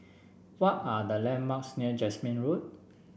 what are the landmarks near Jasmine Road